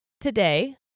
today